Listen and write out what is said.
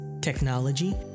technology